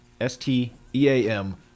S-T-E-A-M